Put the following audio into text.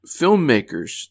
filmmakers